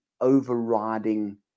overriding